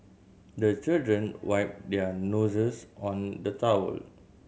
the children wipe their noses on the towel